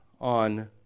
on